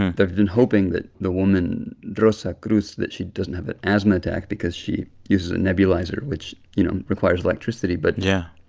they've been hoping that the woman, rosa cruz, that she doesn't have an asthma attack because she uses a nebulizer, which, you know, requires electricity. but. yeah.